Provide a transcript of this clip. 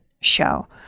show